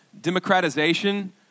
democratization